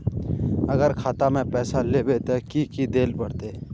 अगर खाता में पैसा लेबे ते की की देल पड़ते?